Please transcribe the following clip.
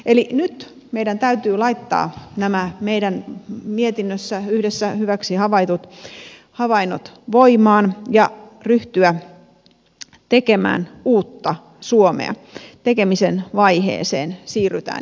eli nyt meidän täytyy laittaa nämä meidän mietinnössä yhdessä hyväksi havaitut havainnot voimaan ja ryhtyä tekemään uutta suomea tekemisen vaiheeseen siirrytään